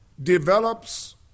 develops